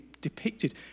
depicted